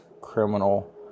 criminal